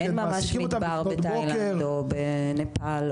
אין ממש מדבר בתאילנד או נפאל.